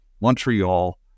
Montreal